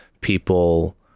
people